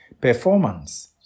Performance